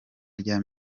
rya